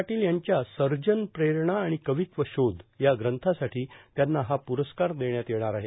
पाटील यांच्या सर्जन प्रेरणा आणि कवीत्व शोध या ग्रंथासाठी त्यांना हा प्रस्कार देण्यात येणार आहे